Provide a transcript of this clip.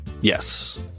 yes